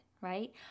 right